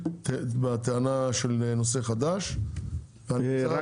בטענה של נושא חדש --- שוסטר,